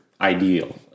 ideal